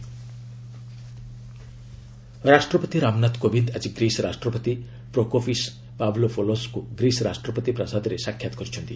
president Greece ରାଷ୍ଟ୍ରପତି ରାମନାଥ କୋବିନ୍ଦ୍ ଆଜି Greece ରାଷ୍ଟ୍ରପତି ପ୍ରୋକୋପିସ୍ ପାବ୍ଲୋପୋଲୋସ୍ଙ୍କୁ ଗ୍ରୀସ୍ ରାଷ୍ଟ୍ରପତି ପ୍ରାସାଦରେ ସାକ୍ଷାତ୍ କରିଛନ୍ତି